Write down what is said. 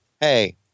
Hey